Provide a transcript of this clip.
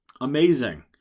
amazing